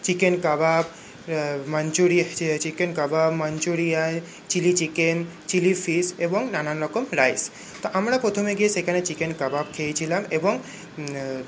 chicken kebab Manchuria chicken kebab Manchurian chilli chicken chilli fish এবং নানান রকম rice তা আমরা প্রথমে গিয়ে সেখানে চিকেন কাবাব খেয়েছিলাম এবং